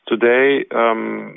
today